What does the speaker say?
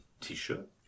t-shirt